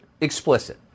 explicit